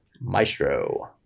Maestro